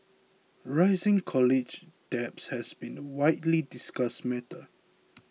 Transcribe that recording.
rising college debt has been a widely discussed matter